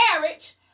marriage